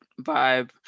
vibe